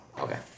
okay